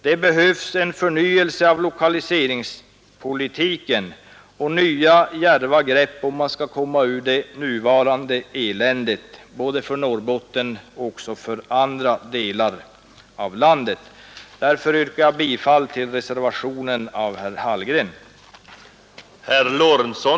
Det behövs en förnyelse av lokaliseringspolitiken och nya djärva grepp, om man skall komma ur det nuvarande eländet för Norrbotten och även för andra delar av landet. Därför yrkar jag bifall till reservationen av herr Hallgren.